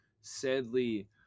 Sadly